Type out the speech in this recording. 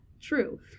true